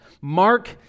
Mark